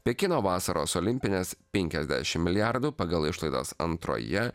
pekino vasaros olimpinės penkiasdešim milijardų pagal išlaidas antroje